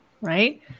Right